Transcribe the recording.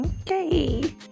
Okay